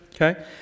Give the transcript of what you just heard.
okay